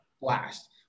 blast